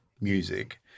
music